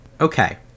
okay